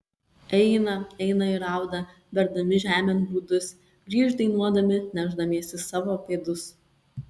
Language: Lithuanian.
eina eina ir rauda berdami žemėn grūdus grįš dainuodami nešdamiesi savo pėdus